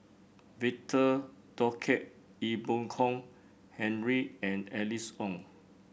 Victor Doggett Ee Boon Kong Henry and Alice Ong